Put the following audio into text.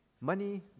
Money